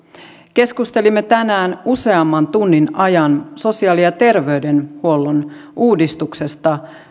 keskustelimme tänään useamman tunnin ajan sosiaali ja terveydenhuollon uudistuksesta